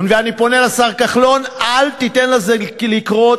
ואני פונה לשר כחלון: אל תיתן לזה לקרות.